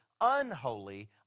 unholy